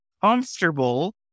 comfortable